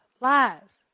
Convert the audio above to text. lies